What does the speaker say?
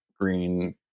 green